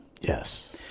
Yes